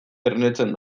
ernetzen